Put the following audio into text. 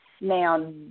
Now